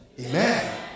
Amen